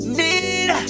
need